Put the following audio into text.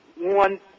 one